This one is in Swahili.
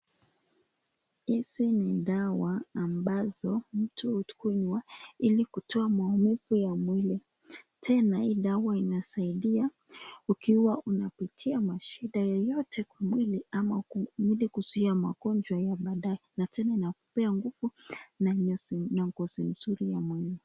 Hizi ni dawa ambazo mtu unywa hili kutoa maumivu ya mwili. Tena ni dawa inasaidia ikiwa unapitia mashida yoyote kwa mwili ama mwili kuzuia magonjwa iliyo na madai na tena inakupea nguvu na ngozi nzuri ya mwilini.